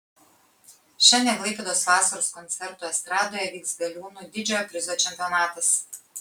šiandien klaipėdos vasaros koncertų estradoje vyks galiūnų didžiojo prizo čempionatas